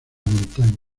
montaña